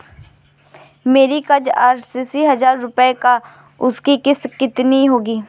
मेरा कर्ज अस्सी हज़ार रुपये का है उसकी किश्त कितनी होगी?